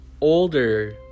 older